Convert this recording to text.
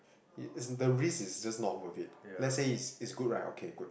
as the risk is just not worth it let's say it's it's good right okay good